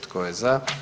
Tko je za?